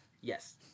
Yes